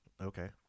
Okay